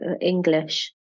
English